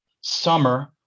summer